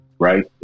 Right